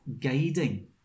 guiding